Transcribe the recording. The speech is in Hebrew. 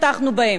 פתחנו בהן,